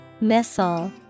Missile